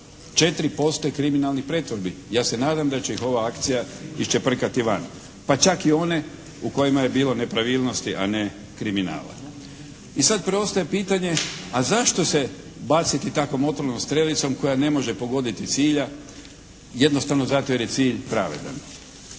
je kriminalnih pretvorbi. Ja se nadam da će ih ova akcija iščeprkati van. Pa čak i one u kojima je bilo nepravilnosti, a ne kriminala. I sad preostaje pitanje a zašto se baciti takvom otrovnom strelicom koja ne može pogoditi cilja, jednostavno zato jer je cilj pravedan